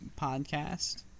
podcast